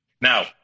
Now